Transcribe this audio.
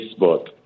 Facebook